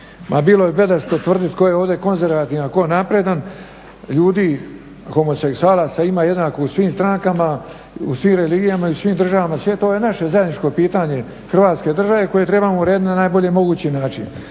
bilo bi bedasto tvrditi tko je ovdje konzervativan a tko napredan, ljudi, homoseksualaca ima jednako u svim strankama, u svim religijama i u svim državama svijeta, ovo je naše zajedničko pitanje Hrvatske države koje trebamo urediti na najbolji mogući način.